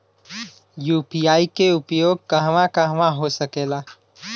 UPI के उपयोग कहवा कहवा हो सकेला?